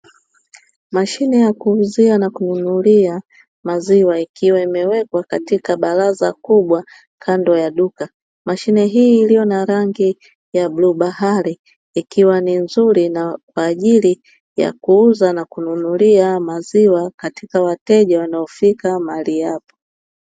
Mashine ya kuuzia na kununulia maziwa, ikiwa imewekwa katika baraza kubwa kando ya duka. Mashine hii iliyo na rangi ya bluu bahari; ikiwa ni nzuri na kwa ajili ya kuuza na kununulia maziwa katika wateja wanaofika mahali hapo.